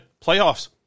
Playoffs